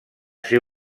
ser